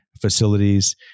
facilities